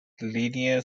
linear